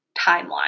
timeline